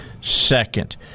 second